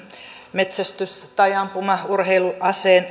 metsästys tai ampumaurheiluaseen